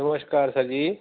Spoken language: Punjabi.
ਨਮਸਕਾਰ ਸਰ ਜੀ